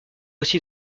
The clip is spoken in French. aussi